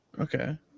Okay